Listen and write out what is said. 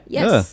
Yes